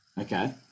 Okay